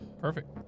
Perfect